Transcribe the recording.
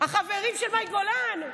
החברים של מאי גולן?